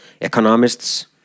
economists